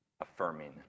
affirming